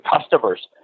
customers